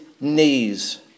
knees